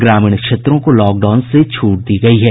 ग्रामीण क्षेत्रों को लॉकडाउन से छूट दी गयी है